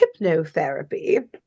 hypnotherapy